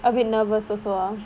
a bit nervous also